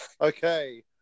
Okay